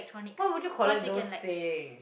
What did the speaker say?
why would you collect those thing